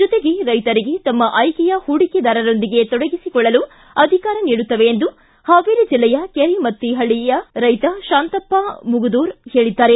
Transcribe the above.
ಜೊತೆಗೆ ರೈತರಿಗೆ ತಮ್ಮ ಆಯ್ಕೆಯ ಹೂಡಿಕೆದಾರರೊಂದಿಗೆ ತೊಡಗಿಸಿಕೊಳ್ಳಲು ಅಧಿಕಾರ ನೀಡುತ್ತವೆ ಎಂದು ಹಾವೇರಿ ಜಿಲ್ಲೆಯ ಕೆರಿಮತ್ತಿಹಳ್ಳಯ ರೈತ ಶಾಂತಪ್ಪ ಮುಗದೂರ ಹೇಳಿದ್ದಾರೆ